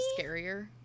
scarier